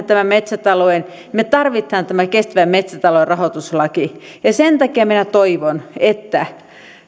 tämän metsätalouden kannattavasti kehittymään me tarvitsemme tämän kestävän metsätalouden rahoituslain sen takia minä toivon että